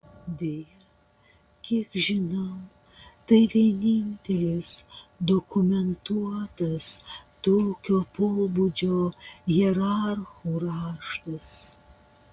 deja kiek žinau tai vienintelis dokumentuotas tokio pobūdžio hierarchų raštas